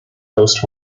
coast